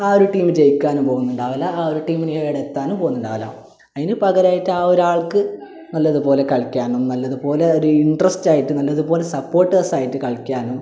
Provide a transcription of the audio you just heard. ആ ഒരു ടീം ജയിക്കാനും പോകുന്നുണ്ടാവില്ല ആ ഒരു ടീം ഇനി എവിടെ എത്താനും പോകുന്നുണ്ടാവില്ല അതിനു പകരായിട്ട് ആ ഒരാൾക്ക് നല്ലതുപോലെ കളിക്കാനും നല്ലതുപോലെ ഒരു ഇൻ്ററെസ്റ്റായിട്ട് നല്ലതുപോലെ സപ്പോട്ടേർസായിട്ട് കളിക്കാനും